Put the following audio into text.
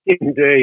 Indeed